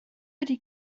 ydy